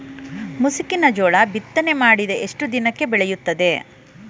ಮುಸುಕಿನ ಜೋಳ ಬಿತ್ತನೆ ಮಾಡಿದ ಎಷ್ಟು ದಿನಕ್ಕೆ ಬೆಳೆಯುತ್ತದೆ?